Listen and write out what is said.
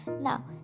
now